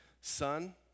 son